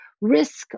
risk